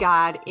God